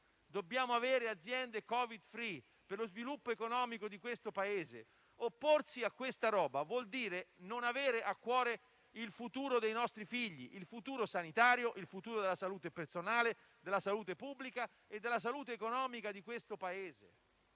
dobbiamo avere aziende Covid *free* per lo sviluppo economico di questo Paese. Opporsi a questo significa non avere a cuore il futuro dei nostri figli, il futuro sanitario, il futuro della salute personale, della salute pubblica e della salute economica di questo Paese.